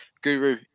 guru